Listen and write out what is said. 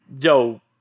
yo